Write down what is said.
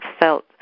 felt